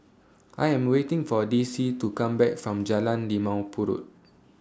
I Am waiting For Dicie to Come Back from Jalan Limau Purut